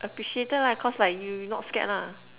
appreciated lah cause like you you not scared lah